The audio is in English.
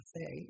say